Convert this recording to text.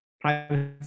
private